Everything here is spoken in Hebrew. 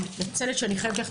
אני מתנצלת שאני חייבת ללכת,